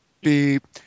Beep